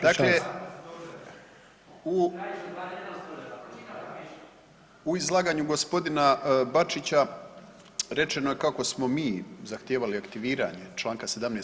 Dakle, u izlaganju gospodina Bačića rečeno je kako smo mi zahtijevali aktiviranje Članka 17.